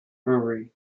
brewery